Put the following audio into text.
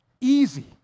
easy